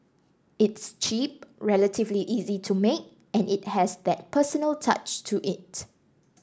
it's cheap relatively easy to make and it has that personal touch to it